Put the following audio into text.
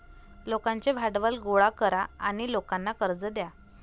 लोकांचे भांडवल गोळा करा आणि लोकांना कर्ज द्या